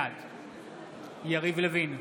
בעד יריב לוין,